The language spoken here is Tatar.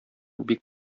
бик